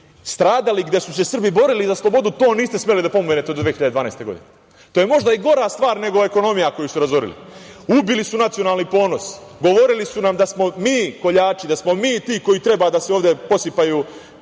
stradali, gde su se Srbi borili za slobodu, to niste smeli da pomenete do 2012. godine. To je možda i gora stvar nego ekonomija koju su razorili. Ubili su nacionalni ponos. Govorili su nam da smo mi koljači, da smo mi ti koji treba da se ovde posipaju